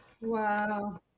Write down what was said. Wow